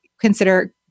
consider